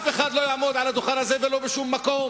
לא יעמוד אף אחד על הדוכן הזה ולא בשום מקום